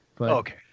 Okay